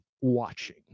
watching